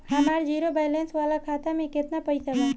हमार zero balance वाला खाता में केतना पईसा बा?